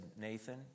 Nathan